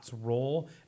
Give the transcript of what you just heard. role